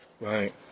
Right